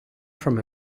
from